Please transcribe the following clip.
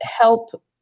help